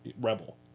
rebel